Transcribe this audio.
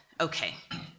Okay